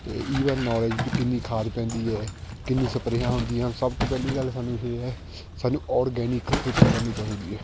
ਅਤੇ ਇਹਦੇ ਬਾਰੇ ਨੌਲੇਜ਼ ਵੀ ਕਿੰਨੀ ਖਾਦ ਪੈਂਦੀ ਹੈ ਕਿੰਨੀ ਸਪਰੇਹਾਂ ਹੁੰਦੀਆਂ ਹਨ ਸਭ ਤੋਂ ਪਹਿਲੀ ਗੱਲ ਸਾਨੂੰ ਇਹ ਹੈ ਸਾਨੂੰ ਔਰਗੈਨਿਕ ਖੇਤੀ ਕਰਨੀ ਚਾਹੀਦੀ ਹੈ